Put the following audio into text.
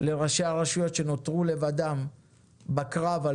לראשי הרשויות שנותרו לבדם בקרב על